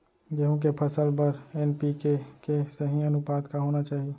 गेहूँ के फसल बर एन.पी.के के सही अनुपात का होना चाही?